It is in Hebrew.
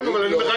אדוני היושב-ראש,